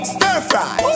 Stir-fry